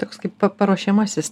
toks kaip pa paruošiamasis